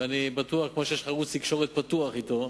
ואני בטוח שכשם שיש לך ערוץ תקשורת פתוח אתו,